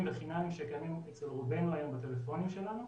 וחינמיים שקיימים אצל רובנו היום בטלפונים שלנו.